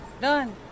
Done